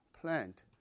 plant